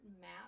map